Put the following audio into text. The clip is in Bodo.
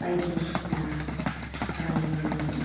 बायदिसिना रायज्लायनाय